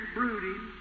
brooding